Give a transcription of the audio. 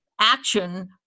action